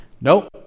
Nope